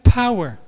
power